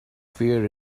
fear